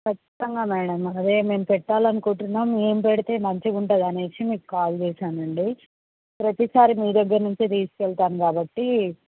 ఖచ్చితంగా మ్యాడం అదే మేము పెట్టాలనుకుంటున్నా ఏం పెడితే మంచిగా ఉంటది అనేసి మీకు కాల్ చేశానండి ప్రతిసారి మీ దగ్గర నుంచే తీసుకెళ్తాను కాబట్టి